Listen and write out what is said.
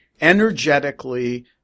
energetically